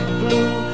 blue